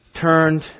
turned